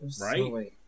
right